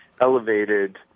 elevated –